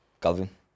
Calvin